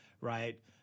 right